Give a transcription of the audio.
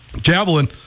javelin